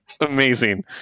amazing